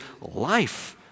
life